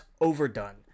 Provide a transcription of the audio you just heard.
overdone